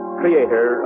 creator